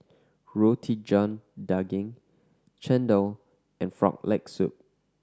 Roti John Daging chendol and Frog Leg Soup